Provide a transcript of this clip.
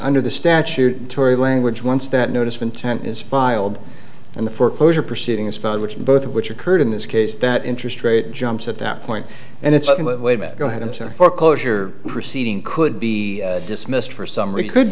under the statute tory language once that notice of intent is filed and the foreclosure proceedings found which both of which occurred in this case that interest rate jumps at that point and it's something with women go ahead i'm sorry foreclosure proceeding could be dismissed for summary could